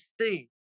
see